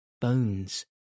bones